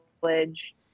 college